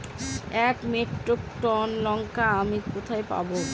এক metric tonne লঙ্কা আমি কোথায় পাবো?